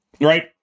right